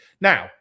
Now